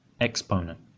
Exponent